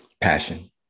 passion